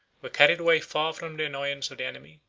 were carried away far from the annoyance of the enemy,